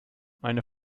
meine